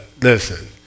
listen